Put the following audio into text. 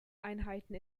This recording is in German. einheiten